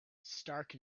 stark